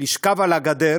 לשכב על הגדר